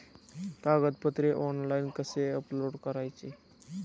कागदपत्रे ऑनलाइन कसे अपलोड करायचे?